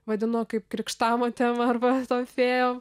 vadinu kaip krikštamotėm arba tom fėjom